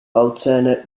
alternate